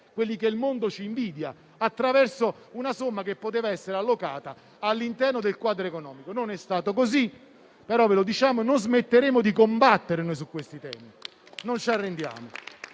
quelle che il mondo ci invidia, attraverso una somma che poteva essere allocata all'interno del quadro economico. Non è stato così. Ma vi diciamo che non smetteremo di combattere su questi temi, perché non ci arrendiamo.